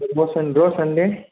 rose and rose అండి